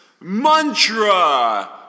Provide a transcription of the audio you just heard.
Mantra